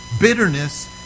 Bitterness